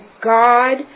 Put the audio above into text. God